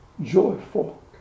Joyful